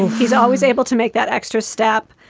he's always able to make that extra step.